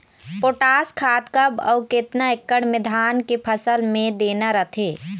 Potash खाद कब अऊ केतना एकड़ मे धान के फसल मे देना रथे?